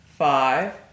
Five